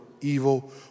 evil